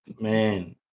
man